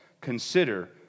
consider